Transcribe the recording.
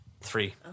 Three